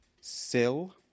sill